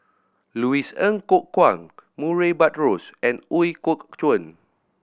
Louis Ng Kok Kwang Murray Buttrose and Ooi Kok Chuen